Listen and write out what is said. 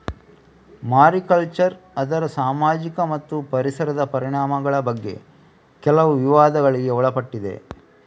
mariculture ಅದರ ಸಾಮಾಜಿಕ ಮತ್ತು ಪರಿಸರದ ಪರಿಣಾಮಗಳ ಬಗ್ಗೆ ಕೆಲವು ವಿವಾದಗಳಿಗೆ ಒಳಪಟ್ಟಿದೆ